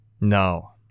No